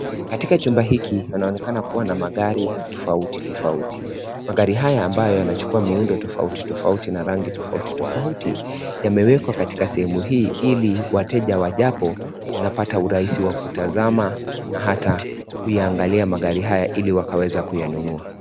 Katika chumba hiki panaonekana kuwa na magari tofauti tofauti magari haya ambayo yamechukua miundo tofauti tofauti na rangi tofauti tofauti yamewekwa katika sehemu hii ili wateja wajapo wanapata urahisi wa kutazama na hata kuyaangalia magari haya ili wakaweza kuyanunua.